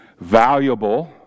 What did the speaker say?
valuable